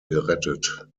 gerettet